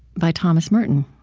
by thomas merton.